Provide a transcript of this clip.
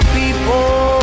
people